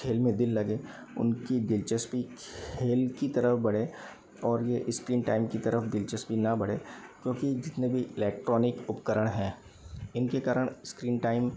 खेल में दिल लगे उनकी दिलचस्पी खेल की तरफ़ बढ़े और ये स्क्रीन टाइम की तरफ़ दिलचस्पी ना बढ़े क्योंकि जितने भी इलेक्ट्रॉनिक उपकरण हैं इनके कारण स्क्रीन टाइम